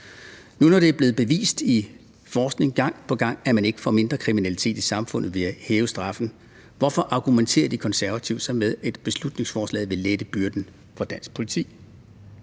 Nu, når det er blevet bevist i forskningen gang på gang, at man ikke får mindre kriminalitet i samfundet ved at hæve straffen, hvorfor argumenterer De Konservative så med, at beslutningsforslaget vil lette byrden for dansk politi?